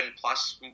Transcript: plus